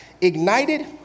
Ignited